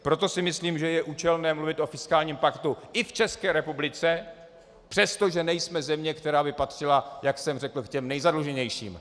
Proto si myslím, že je účelné mluvit o fiskálním paktu i v České republice, přestože nejsme země, která by patřila, jak jsem řekl, k těm nejzadluženějším.